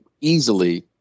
easily